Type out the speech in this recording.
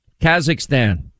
Kazakhstan